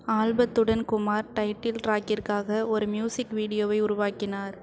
ஆல்பத்துடன் Kumar title ட்ராக்கிற்காக ஒரு music வீடியோவை உருவாக்கினார்